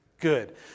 good